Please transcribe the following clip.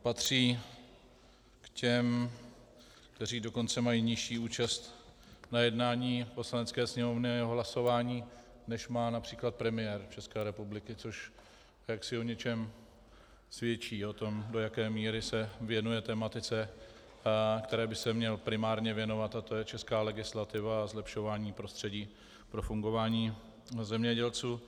Patří k těm, kteří dokonce mají nižší účast na jednání Poslanecké sněmovny a jejím hlasování, než má například premiér ČR, což jaksi o něčem svědčí, o tom, do jaké míry se věnuje tematice, které by se měl primárně věnovat, a to je česká legislativa a zlepšování prostředí pro fungování zemědělců.